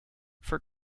for